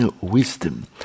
wisdom